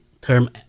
term